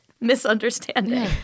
misunderstanding